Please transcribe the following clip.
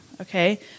Okay